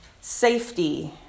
Safety